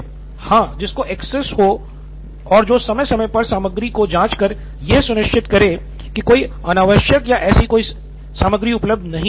नितिन कुरियन हाँ जिसको एक्सेस हो और जो समय समय पर सामग्री को जांच कर यह सुनिश्चित करे कि कोई अनावश्यक या ऐसी सामग्री उपलब्ध नहीं हो